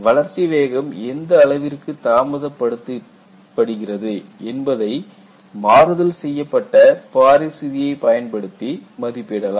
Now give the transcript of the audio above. வளர்ச்சி வேகம் எந்த அளவிற்கு தாமதப்படுத்துகிறது என்பதை மாறுதல் செய்யப்பட்ட பாரிஸ் விதியை பயன்படுத்தி மதிப்பிடலாம்